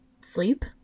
sleep